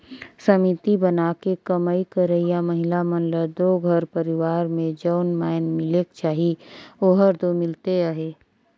समिति बनाके कमई करइया महिला मन ल दो घर परिवार में जउन माएन मिलेक चाही ओहर दो मिलते अहे